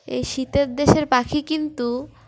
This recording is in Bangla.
এই শীতের দেশের পাখি কিন্তু